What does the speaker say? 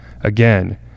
Again